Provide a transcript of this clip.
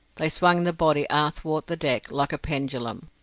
they swung the body athwart the deck like a pendulum,